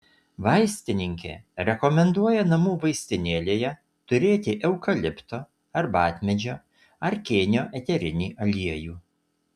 vaistininkė rekomenduoja namų vaistinėlėje turėti eukalipto arbatmedžio ar kėnio eterinį aliejų